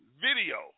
video